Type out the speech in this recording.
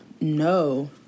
No